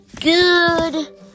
good